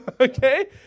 Okay